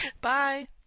Bye